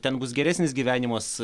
ten bus geresnis gyvenimas